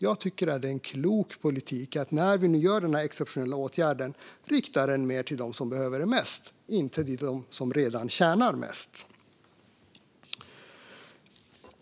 Jag tycker att det är en klok politik att vi när vi gör den här exceptionella åtgärden riktar den mer till dem som behöver den mest och inte till dem som redan tjänar mest.